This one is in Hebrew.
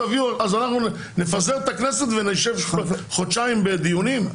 נפזר את הכנסת ונשב חודשיים בדיונים.